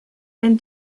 ein